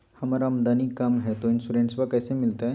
हमर आमदनी कम हय, तो इंसोरेंसबा कैसे मिलते?